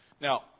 Now